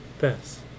Best